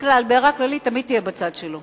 בכלל, בהערה כללית, תמיד תהיה בצד שלו.